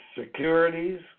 securities